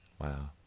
Wow